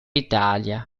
italia